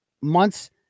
months